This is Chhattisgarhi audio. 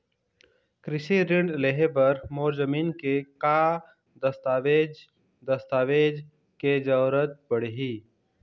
कृषि ऋण लेहे बर मोर जमीन के का दस्तावेज दस्तावेज के जरूरत पड़ही?